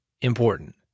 important